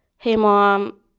hey, mom,